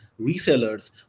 resellers